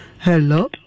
Hello